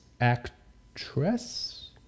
actress